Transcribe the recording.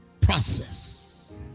process